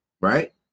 right